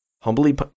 Humbly